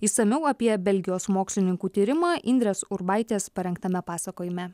išsamiau apie belgijos mokslininkų tyrimą indrės urbaitės parengtame pasakojime